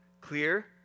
clear